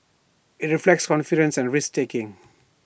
IT reflects confidence and risk taking